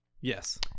yes